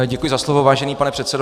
Děkuji za slovo, vážený pane předsedo.